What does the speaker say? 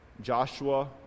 Joshua